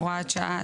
הוראת שעה),